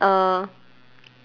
uh